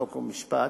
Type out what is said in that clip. חוק ומשפט,